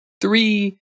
Three